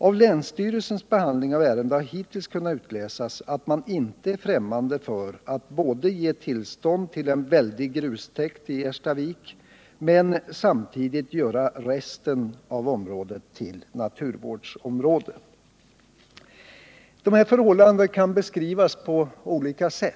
Av länsstyrelsens behandling av ärendet har hittills kunnat utläsas att man inte är främmande för att både ge tillstånd till en väldig grustäkt i Erstavik och samtidigt göra resten av området till naturvårdsområde. De här förhållandena kan beskrivas på olika sätt.